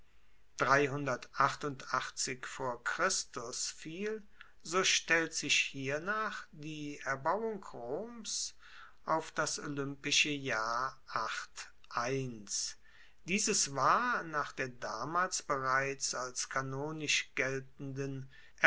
vor fiel so stellt sich hiernach die erbauung roms auf das jahr dieses war nach der damals bereits als kanonisch geltenden